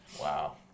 Wow